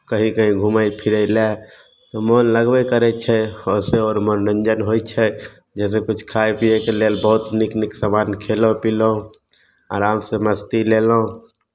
कहीँ कहीँ घूमय फिरय लए से मोन लगबे करै छै ओहिसँ आओर मनोरञ्जन होइ छै जैसे किछु खाय पियैके लेल बहुत नीक नीक सामान खयलहुँ पीलहुँ आरामसँ मस्ती लेलहुँ